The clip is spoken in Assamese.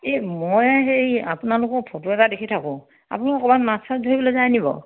এই মই সেই আপোনালোকৰ ফটো এটা দেখি থাকোঁ আপোনালোক ক'ৰবাত মাছ চাছ ধৰিবলে যায় নেকি বাৰু